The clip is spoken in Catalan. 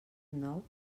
nou